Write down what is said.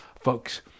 Folks